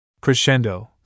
Crescendo